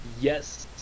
Yes